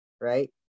right